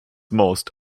most